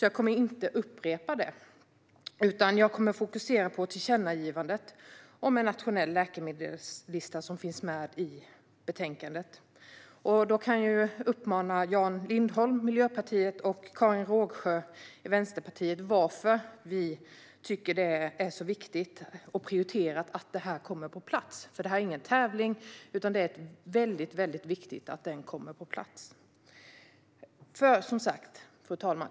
Jag kommer inte att upprepa det utan kommer att fokusera på tillkännagivandet till regeringen om att snarast fullfölja arbetet med att ta fram en nationell läkemedelslista. Förslaget om tillkännagivande finns i betänkandet. Jag kan upplysa Jan Lindholm från Miljöpartiet och Karin Rågsjö från Vänsterpartiet om varför vi tycker att det är viktigt och prioriterat att den kommer på plats. Det är ingen tävling, utan det är väldigt viktigt att den listan kommer på plats. Fru talman!